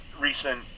recent